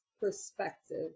perspective